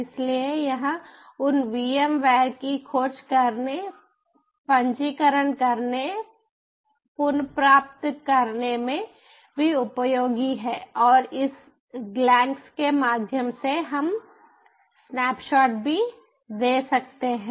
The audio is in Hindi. इसलिए यह उन VM वेयर की खोज करने पंजीकरण करने पुनर्प्राप्त करने में भी उपयोगी है और इस ग्लैन्स के माध्यम से हम स्नैपशॉट भी दे सकते हैं